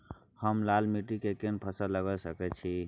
हम लाल माटी में कोन फसल लगाबै सकेत छी?